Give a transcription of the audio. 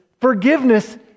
forgiveness